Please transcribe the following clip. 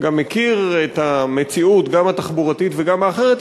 גם מכיר את המציאות גם התחבורתית וגם האחרת,